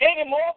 anymore